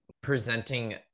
presenting